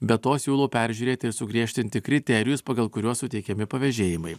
be to siūlau peržiūrėti ir sugriežtinti kriterijus pagal kuriuos suteikiami pavėžėjimai